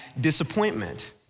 disappointment